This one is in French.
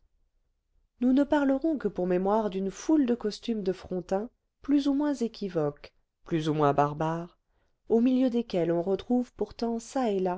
nous ne parlerons que pour mémoire d'une foule de costumes de frontin plus ou moins équivoques plus ou moins barbares au milieu desquels on retrouve pourtant